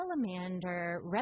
salamander